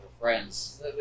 friends